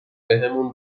بهمون